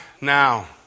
now